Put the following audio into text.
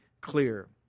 clear